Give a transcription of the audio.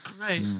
Right